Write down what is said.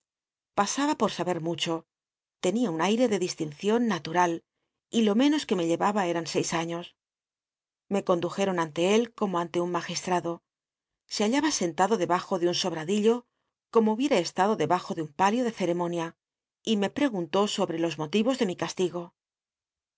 aba por aher mucho tenía un aire de distinción natural y lo menos que me lle aba eran seis aiíos le condujlron ante él como ante un magisltado se hallaba sentado debajo de un sobr dillo como hubiera estado debajo de un palio de ceremonia y me prcgunló sobre los moti os de mi castigo